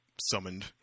summoned